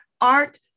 art